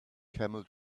camel